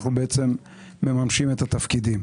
אנחנו בעצם מממשים את התפקידים.